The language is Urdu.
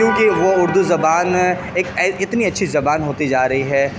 کیونکہ وہ اردو زبان ایک اتنی اچھی زبان ہوتی جا رہی ہے